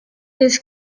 this